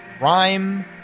Rhyme